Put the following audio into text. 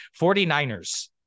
49ers